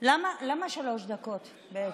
למה שלוש דקות, בעצם?